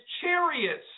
chariots